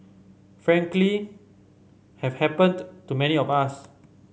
frankly have happened to many of us